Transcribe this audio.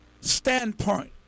standpoint